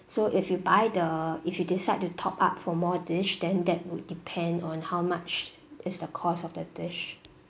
so if you buy the if you decide to top up for more dish then that would depend on how much is the cost of the dish